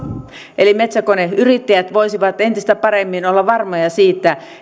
eli metsäkoneyrittäjät voisivat entistä paremmin olla varmoja siitä